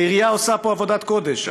העירייה עושה פה עבודת קודש,